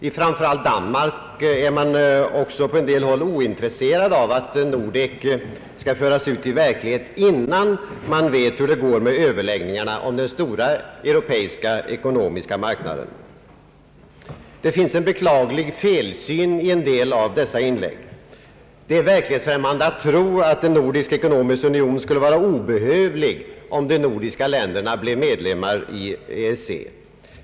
I framför allt Danmark är man också på en del håll ointresserad av att Nordek skall föras ut i verklighet innan man vet hur det går med överläggningarna om den stora europeiska ekonomiska marknaden. Det finns en beklaglig felsyn i en del av dessa inlägg. Det är verklighetsfrämmande att en nordisk ekonomisk union skulle vara obehövlig om de nordiska länderna blir medlemmar i EEC.